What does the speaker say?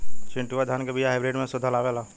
चिन्टूवा धान क बिया हाइब्रिड में शोधल आवेला?